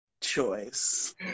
choice